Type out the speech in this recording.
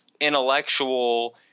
intellectual